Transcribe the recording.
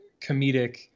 comedic